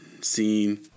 seen